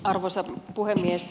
arvoisa puhemies